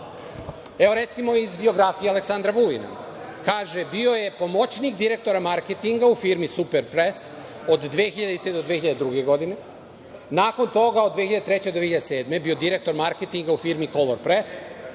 recimo, iz biografije Aleksandra Vulina, kaže – bio je pomoćnik direktora marketinga u firmi „Super press“ od 2000. do 2002. godine. Nakon toga od 2003. do 2007. godine bio je direktor marketinga u firmi „Color press“,